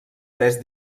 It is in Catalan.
tres